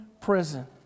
prison